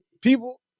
people